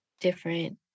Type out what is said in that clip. different